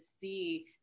see